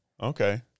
Okay